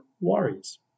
worries